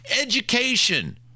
education